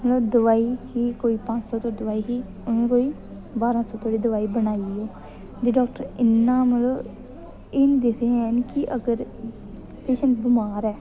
मतलब दवाई कोई पंज सौ दी दवाई ही उ'नें कोई बारां सौ धोड़ी दवाई बनाई ओड़ी ते डाक्टर इन्ना मतलब एह् निं दिखदे हैन कि अगर पेशैंट बमार ऐ